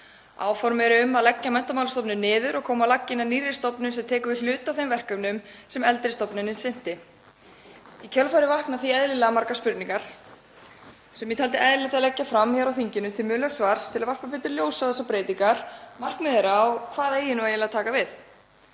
Áform eru um að leggja Menntamálastofnun niður og koma á laggirnar nýrri stofnun sem tekur við hluta af þeim verkefnum sem eldri stofnunin sinnti. Í kjölfarið vakna því eðlilega margar spurningar sem ég taldi eðlilegt að leggja fram á þinginu til munnlegs svars til að varpa ljósi á þessar breytingar, markmið þeirra og hvað eigi nú eiginlega að taka við.